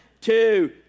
two